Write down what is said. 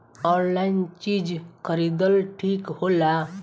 Online चीज खरीदल ठिक होला?